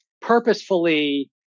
purposefully